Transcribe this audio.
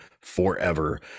forever